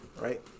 right